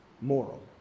moral